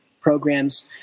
programs